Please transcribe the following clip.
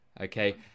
okay